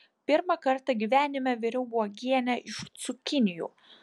pirmą kartą gyvenime viriau uogienę iš cukinijų